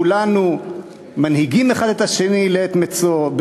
כולנו מנהיגים האחד את השני לעת מצוא,